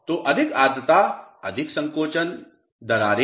तो अधिक आर्द्रता अधिक संकोचन दरारें